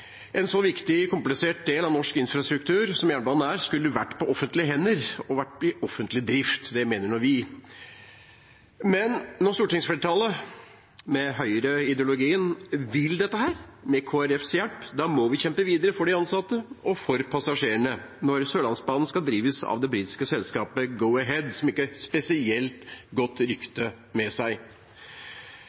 En så viktig, komplisert del av norsk infrastruktur som jernbanen er, skulle vært på offentlige hender og vært i offentlig drift, det mener nå vi. Men når stortingsflertallet med høyreideologien vil dette, med Kristelig Folkepartis hjelp, må vi kjempe videre for de ansatte og for passasjerene, når Sørlandsbanen skal drives av det britiske selskapet Go-Ahead, som ikke har et spesielt godt rykte med seg.